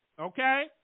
okay